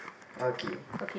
okay